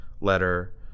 letter